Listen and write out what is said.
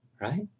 right